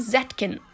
Zetkin